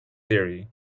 theory